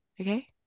Okay